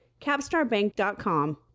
Capstarbank.com